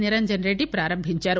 నిరంజన్ రెడ్డి ప్రారంభించారు